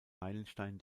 meilenstein